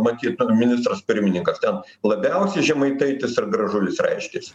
matyt ministras pirmininkas ten labiausiai žemaitaitis ir gražulis raiškėsi